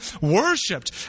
worshipped